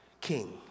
king